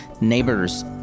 neighbors